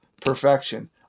perfection